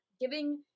giving